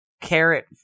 carrot